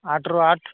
ଆଠ୍ରୁ ଆଠ୍